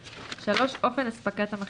(3) אופן אספקת המכשירים,